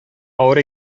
авыр